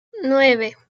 nueve